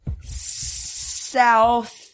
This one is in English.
South